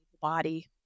body